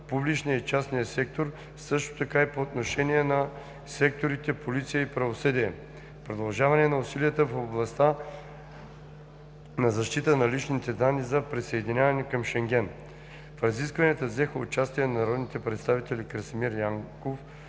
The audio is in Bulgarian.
публичния и частния сектор, също така и по отношение на секторите „Полиция“ и „Правосъдие“, продължаване на усилията в областта на защита на личните данни за присъединяване към Шенген. В разискванията взеха участие народните представители Красимир Янков,